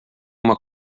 uma